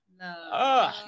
No